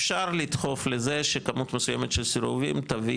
אפשר לדחוף לזה שכמות מסוימת של סירובים תביא